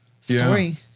story